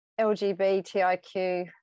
LGBTIQ